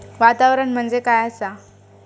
वातावरण म्हणजे काय आसा?